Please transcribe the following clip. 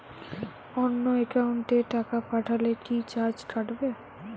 অন্য একাউন্টে টাকা পাঠালে কি চার্জ কাটবে?